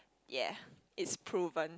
ya it's proven